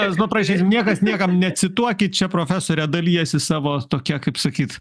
mes paprašysim niekas niekam necituokit čia profesorė dalijasi savo tokia kaip sakyti